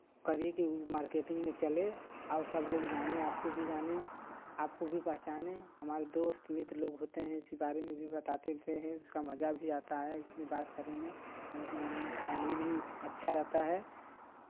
करिये कि मार्केटिंग में चले और सब लोग जाने आपको भी जाने आपको भी पहचाने हमारे दोस्त मित्र लोग होते हैं उसी बारे में भी बताते रहते हैं उसका मजा भी आता है उसमें बात करने में फैमिली भी अच्छा रहता है